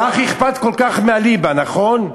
לך אכפת כל כך מהליבה, נכון?